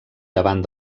davant